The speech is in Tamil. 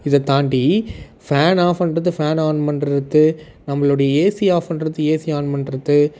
இதைத்தாண்டி ஃபேன் ஆஃப் பண்ணுறது ஃபேன் ஆன் பண்ணுறது நம்பளுடைய ஏசி ஆஃப் பண்ணுறது ஏசி ஆன் பண்ணுறது